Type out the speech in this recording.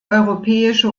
europäische